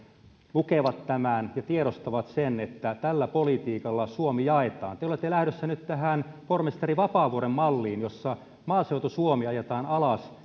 lukevat tämän ja tiedostavat sen että tällä politiikalla suomi jaetaan te te olette lähdössä nyt tähän pormestari vapaavuoren malliin jossa maaseutu suomi ajetaan alas